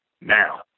now